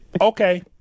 Okay